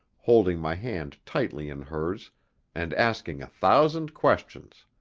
holding my hand tightly in hers and asking a thousand questions.